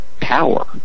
power